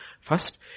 first